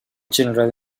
children